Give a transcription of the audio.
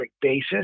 basis